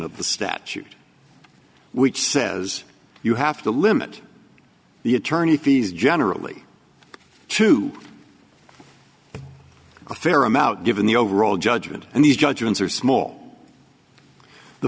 of the statute which says you have to limit the attorney fees generally to a fair amount given the overall judgment and these judgments are small the